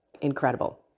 Incredible